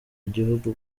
igihugu